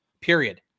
period